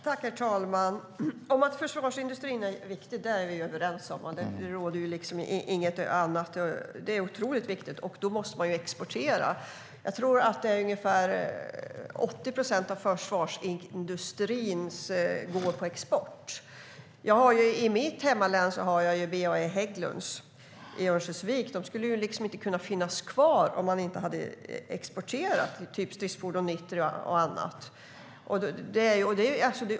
Herr talman! Att försvarsindustrin är viktig är vi överens om. Den är otroligt viktig. Då måste man också exportera. Jag tror att det är ungefär 80 procent av försvarsindustrins produktion som går på export. I mitt hemlän har jag BAE Hägglunds i Örnsköldsvik. De skulle liksom inte kunna finnas kvar om de inte hade exporterat stridsfordon 90 och annat.